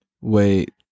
Wait